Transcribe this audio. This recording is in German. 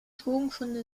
drogenfunde